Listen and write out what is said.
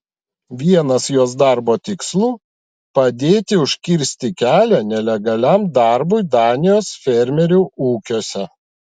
vienas jos darbo tikslų padėti užkirsti kelią nelegaliam darbui danijos fermerių ūkiuose